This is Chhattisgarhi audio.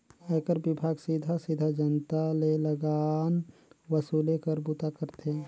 आयकर विभाग सीधा सीधा जनता ले लगान वसूले कर बूता करथे